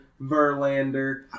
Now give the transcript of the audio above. Verlander